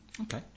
Okay